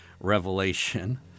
Revelation